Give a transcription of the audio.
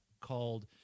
called